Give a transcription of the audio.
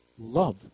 love